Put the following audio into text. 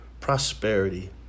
prosperity